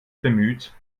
bemüht